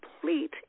complete